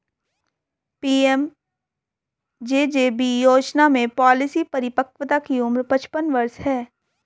PMJJB योजना में policy परिपक्वता की उम्र पचपन वर्ष है